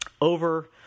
over –